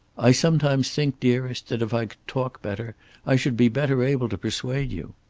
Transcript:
i sometimes think, dearest, that if i could talk better i should be better able to persuade you.